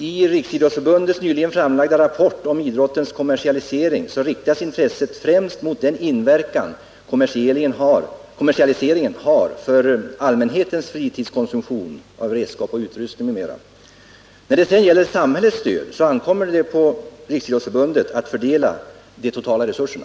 I Riksidrottsförbundets nyligen framlagda rapport om idrottens kommersialisering riktas intresset främst mot den inverkan kommersialiseringen har på allmänhetens fritidskonsumtion av redskap, utrustning m.m. När det sedan gäller samhällets stöd ankommer det på Riksidrottsförbundet att fördela de totala resurserna.